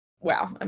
wow